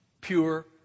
pure